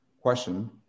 question